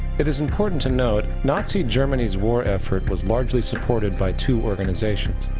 it is important to note, nazi germany's war effort was largely supported by two organizations,